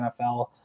NFL